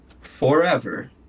forever